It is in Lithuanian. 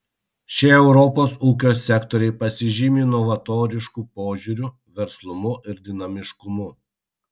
šie europos ūkio sektoriai pasižymi novatorišku požiūriu verslumu ir dinamiškumu